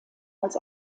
als